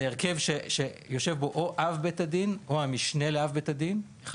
זה הרכב שיושב בו אב בית הדין או המשנה לאב בית הדין אחד